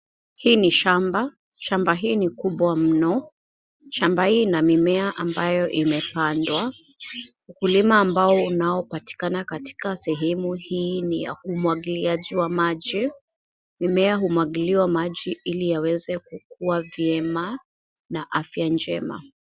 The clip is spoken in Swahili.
Hii ni shamba. Shamba hii ni kubwa mno. Shamba hii ina mimea ambayo imepandwa. Ukulima ambao unaopatikana katika sehemu hii ni ya umwagiliaji wa maji. Mimea humwagiliwa maji ili yaweze kukua vyema na afya njema.